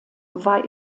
war